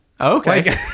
Okay